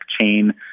chain